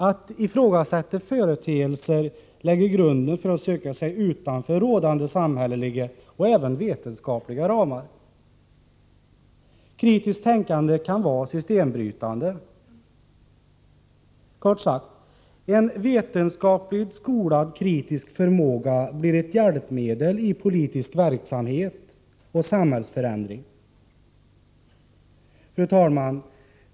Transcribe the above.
Att ifrågasätta företeelser lägger grunden för en förmåga att söka sig utanför rådande samhälleliga och även vetenskapliga ramar. Kritiskt tänkande kan vara systembrytande. Kort sagt: En vetenskapligt skolad kritisk förmåga blir ett hjälpmedel i politisk verksamhet och samhällsförändring. Fru talman!